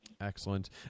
Excellent